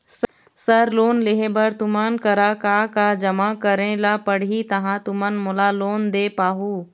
Sir loan लेहे बर तुमन करा का का जमा करें ला पड़ही तहाँ तुमन मोला लोन दे पाहुं?